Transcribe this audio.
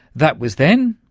that was then,